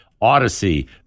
Odyssey